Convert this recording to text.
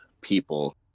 people